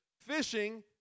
fishing